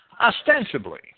Ostensibly